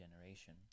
generation